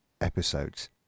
episodes